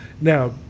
Now